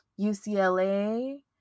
ucla